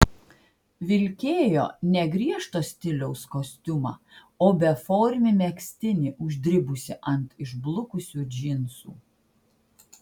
vilkėjo ne griežto stiliaus kostiumą o beformį megztinį uždribusį ant išblukusių džinsų